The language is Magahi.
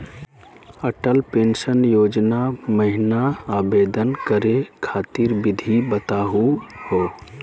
अटल पेंसन योजना महिना आवेदन करै खातिर विधि बताहु हो?